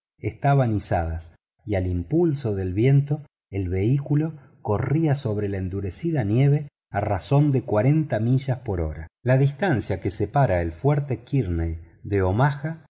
estaban izadas y al impulso del viento el vehículo corría sobre la endurecida nieve a razón de cuarenta millas por hora la distancia que separa el fuerte kearney de omaba